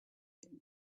and